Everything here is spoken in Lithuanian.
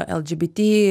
el džy by ty